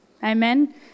Amen